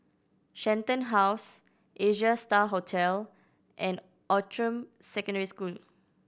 Shenton House Asia Star Hotel and Outram Secondary School